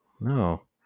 No